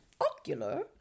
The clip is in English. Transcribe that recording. ocular